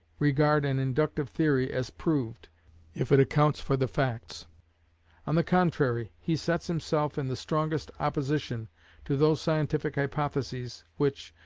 regard an inductive theory as proved if it accounts for the facts on the contrary, he sets himself in the strongest opposition to those scientific hypotheses which,